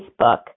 Facebook